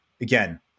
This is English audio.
again